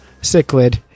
cichlid